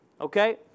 Okay